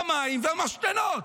המים והמשתנות.